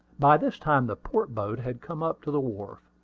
by this time the port boat had come up to the wharf.